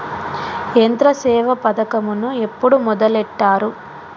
యంత్రసేవ పథకమును ఎప్పుడు మొదలెట్టారు?